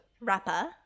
Rapper